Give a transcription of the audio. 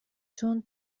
چون